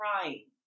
crying